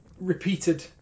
repeated